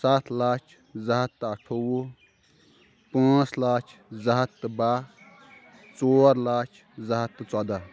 ستھ لچھ زٕ ہتھ تہٕ اٹھووُہ پانٛژھ لچھ زٕ ہتھ تہٕ باہہ ژور لچھ زٕ ہتھ تہٕ ژۄدہ